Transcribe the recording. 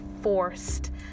forced